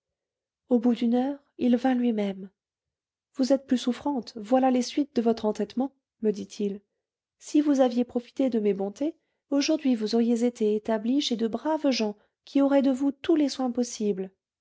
au bout d'une heure il vint lui-même vous êtes plus souffrante voilà les suites de votre entêtement me dit-il si vous aviez profité de mes bontés aujourd'hui vous auriez été établie chez de braves gens qui auraient de vous tous les soins possibles